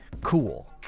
cool